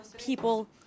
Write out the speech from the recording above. people